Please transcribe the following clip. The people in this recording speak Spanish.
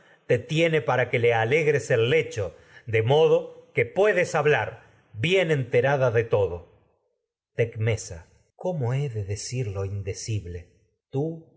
cautiva tiene le alegres el lecho de modo que pue des hablar bien enterada de todo tecmesa cómo he de decir lo indecible te